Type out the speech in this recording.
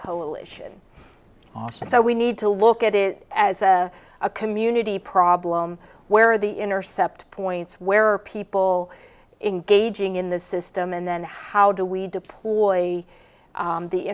coalition often so we need to look at it as a a community problem where the intercept points where people engaging in the system and then how do we deploy